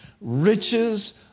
riches